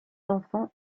enfants